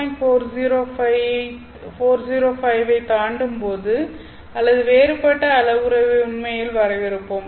405 ஐ தாண்டும்போது அல்லது வேறுபட்ட அளவுருவை உண்மையில் வரையறுப்போம் ஆனால் இது 2